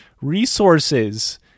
resources